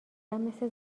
مثل